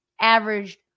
averaged